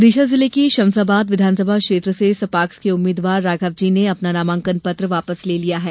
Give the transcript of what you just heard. विदिशा जिले की शमशाबाद विधानसभा क्षेत्र से सपाक्स के उम्मीदवार राघवजी ने भी अपना नामांकन पत्र वापस ले लिया है